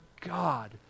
God